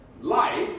life